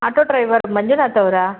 auto driver Manjunath ಅವರಾ